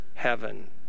heaven